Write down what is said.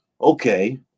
okay